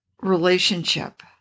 relationship